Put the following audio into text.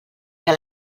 que